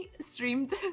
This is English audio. streamed